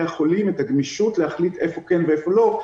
החולים את הגמישות להחליט איפה כן ואיפה לא,